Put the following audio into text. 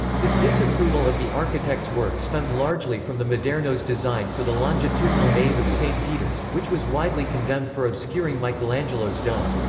his disapproval of the architect's work stemmed largely from the maderno's design for the longitudinal nave of st. peters, which was widely condemned for obscuring michelangelo's dome.